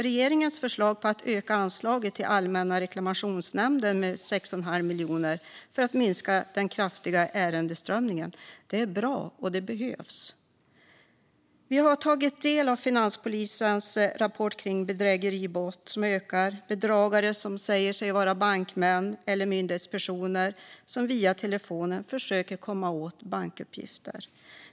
Regeringens förslag om att öka anslaget till Allmänna reklamationsnämnden med 6,5 miljoner kronor för att minska den kraftigt ökande ärendetillströmningen är bra, och det behövs. Vi har tagit del av Finanspolisens rapport om bedrägeribrott som ökar, bedragare som utger sig för att vara bankmän eller myndighetspersoner som via telefon försöker komma över bankuppgifter.